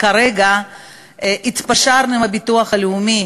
כרגע התפשרנו עם הביטוח הלאומי,